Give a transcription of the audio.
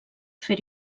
fer